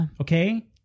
Okay